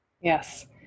Yes